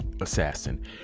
Assassin